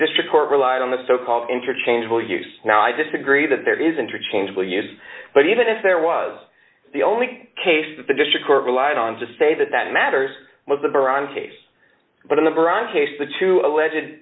district court relied on the so called interchangeable use now i disagree that there is interchangeable use but even if there was the only case that the district court relied on to say that that matters was the bar on case but a number on case the two